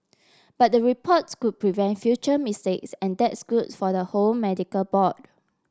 but the reports could prevent future mistakes and that's good for the whole medical board